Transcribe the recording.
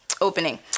opening